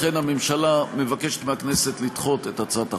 לכן, הממשלה מבקשת מהכנסת לדחות את הצעת החוק.